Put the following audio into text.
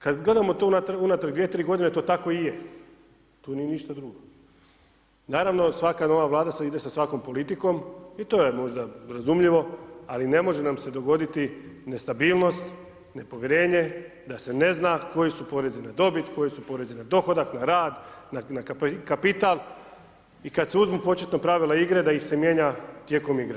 Kad gledamo to unatrag dvije tri godine to tako i je to nije ništa drugo, naravno svaka nova vlada ide sa svakom politikom i to je možda razumljivo ali ne može nam se dogoditi nestabilnost, nepovjerenje da se ne zna koji su porezi na dobit, koji su porezi na dohodak, na rad, na kapital i kad se uzmu početna pravila igre da ih se mijenja tijekom igrom.